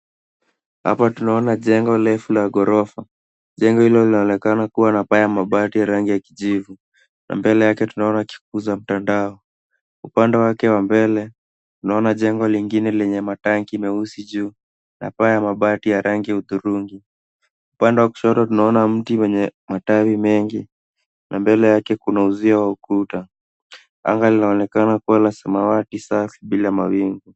Hapa tunaona jengo refu la ghorofa. Jengo hilo linaonekana kuwa na paa ya mabati ya rangi ya kijivu na mbele yake tunaona ikikuza mtandao. Upande wake wa mbele, tunaona jengo lingine lenye matangi meusi juu na paa ya mabati ya rangi ya hudhurungi. Upande wa kushoto tunaona mti wenye matawi mengi na mbele yake kuna uzio wa ukuta. Anga linaonekana kuwa la samawati safi bila mawingu.